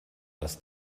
das